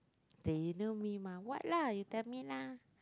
do you know me my what lah you tell me lah